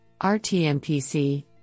RTMPC